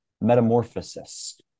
metamorphosis